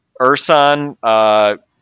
Ursan